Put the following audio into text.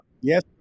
Yes